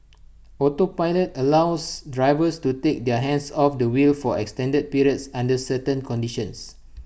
autopilot allows drivers to take their hands off the wheel for extended periods under certain conditions